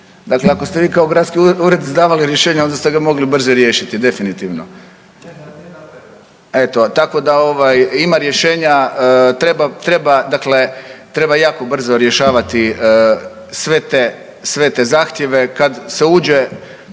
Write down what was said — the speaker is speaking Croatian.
Dakle ako ste vi kao gradski ured izdavali rješenje, onda ste ga mogli brže riješiti definitivno. Eto tako da ovaj ima rješenja, treba dakle jako brzo rješavati sve te zahtjeve kad se uđe